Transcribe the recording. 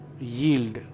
yield